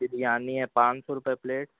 بریانی ہے پانچ سو روپے پلیٹ